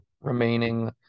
remaining